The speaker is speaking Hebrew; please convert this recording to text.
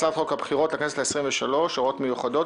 הצ"ח הבחירות לכנסת העשרים ושלוש (הוראות מיוחדות),